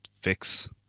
fix